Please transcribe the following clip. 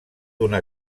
d’una